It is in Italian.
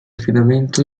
affidamento